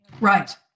Right